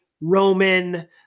Roman